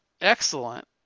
Excellent